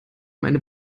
meine